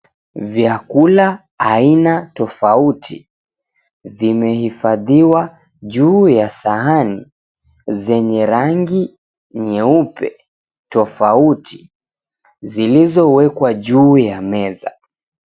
Vyakula aina tofauti. Zimehifadhiwa juu ya sahani zenye rangi nyeupe tofauti zilizowekwa juu ya meza.